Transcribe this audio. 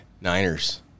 Niners